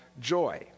joy